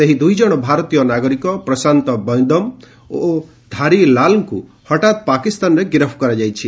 ସେହି ଦୁଇଜଣ ଭାରତୀୟ ନାଗରିକ ପ୍ରଶାନ୍ତ ବୈନ୍ଦମ୍ ଓ ଧାରି ଲାଲ୍ଙ୍କୁ ହଠାତ୍ ପାକିସ୍ତାନରେ ଗିରଫ କରାଯାଇଛି